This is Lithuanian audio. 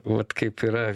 vat kaip yra